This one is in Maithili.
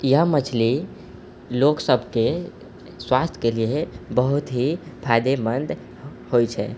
यह मछली लोक सबके स्वास्थ्यके लिए बहुत ही फायदेमंद होइत छै